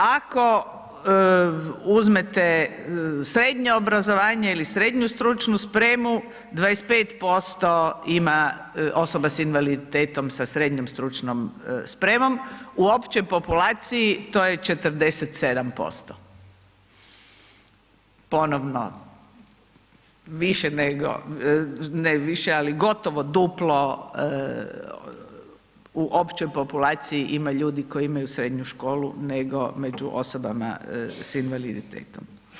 Ako uzmete srednje obrazovanje ili srednju stručnu spremu, 25% ima osoba s invaliditetom sa srednjom stručnom spremnom, u općoj populaciji to je 47%, ponovno, više nego, ne više, ali gotovo duplo u općoj populaciji ima ljudi koji imaju srednju školu nego među osobama sa invaliditetom.